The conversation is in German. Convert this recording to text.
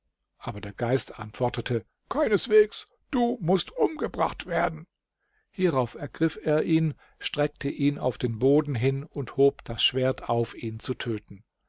aber der geist antwortete keineswegs du mußt umgebracht werden hierauf ergriff er ihn streckte ihn auf den boden hin und hob das schwert auf ihn zu töten